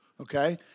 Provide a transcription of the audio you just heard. okay